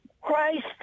christ